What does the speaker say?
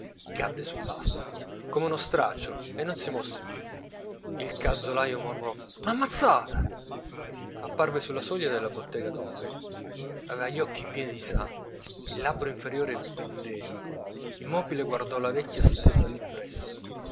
inzuppava cadde sul lastrico come uno straccio e non si mosse più il calzolaio mormorò l'ha ammazzata apparve sulla soglia della bottega don peppe aveva gli occhi pieni di sangue il labbro inferiore pendeva immobile guardò la vecchia stesa lì presso